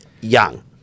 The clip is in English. young